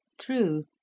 True